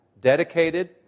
dedicated